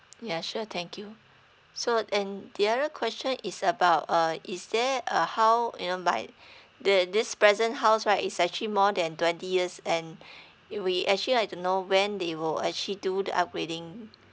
yeah sure thank you so and the other question is about uh is there uh how you know by the this present house right is actually more than twenty years and we we actually like to know when they will actually do the upgrading